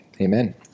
Amen